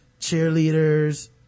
cheerleaders